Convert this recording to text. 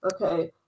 Okay